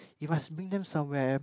you must bring them somewhere